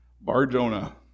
Bar-Jonah